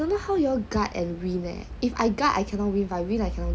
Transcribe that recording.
don't know how you all guard and win eh if I guard I cannot win if I win I cannot guard